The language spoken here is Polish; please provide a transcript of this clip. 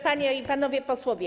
Panie i Panowie Posłowie!